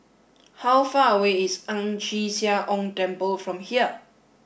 how far away is Ang Chee Sia Ong Temple from here